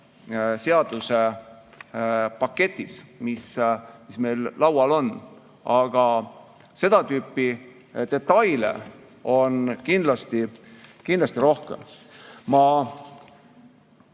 seadusepaketis, mis meil laual on. Aga seda tüüpi detaile on kindlasti rohkem. Ma